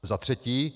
Za třetí.